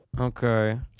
Okay